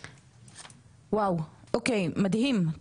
מדהים.